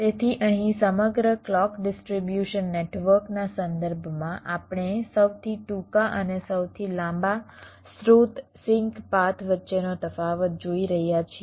તેથી અહીં સમગ્ર ક્લૉક ડિસ્ટ્રીબ્યુશન નેટવર્કના સંદર્ભમાં આપણે સૌથી ટૂંકા અને સૌથી લાંબા સ્રોત સિંક પાથ વચ્ચેનો તફાવત જોઈ રહ્યા છીએ